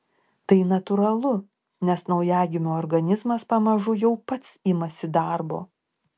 tai natūralu nes naujagimio organizmas pamažu jau pats imasi darbo